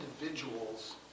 individual's